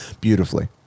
beautifully